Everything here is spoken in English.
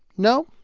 no,